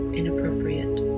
inappropriate